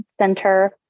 center